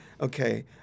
Okay